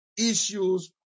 issues